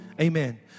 Amen